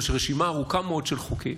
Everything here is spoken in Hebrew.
אבל יש רשימה ארוכה מאוד של חוקים,